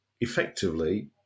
effectively